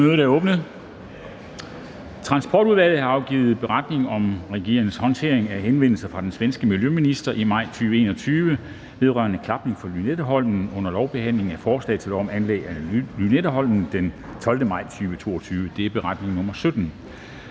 Transportudvalget har afgivet: Beretning om regeringens håndtering af henvendelse fra den svenske miljøminister i maj 2021 vedrørende klapning fra Lynetteholmen under lovbehandlingen af forslag til lov om anlæg af Lynetteholm den 12. maj 2022. (Beretning nr. 17).